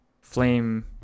flame